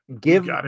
give